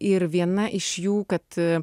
ir viena iš jų kad